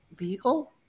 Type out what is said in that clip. legal